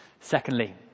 secondly